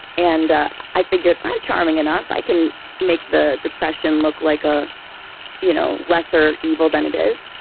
and ah i figured, i'm charming enough. i can make the depression look like a you know lesser evil than it is.